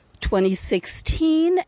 2016